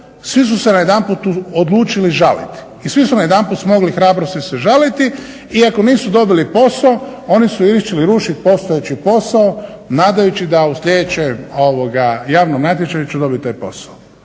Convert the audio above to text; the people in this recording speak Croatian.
svi su najedanput odlučili žaliti i svi su najedanput smogli hrabrosti se žaliti i ako nisu dobili posao oni su išli rušiti postojeći posao nadajući se da u sljedećem javnom natječaju će dobiti taj posao.